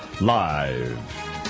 Live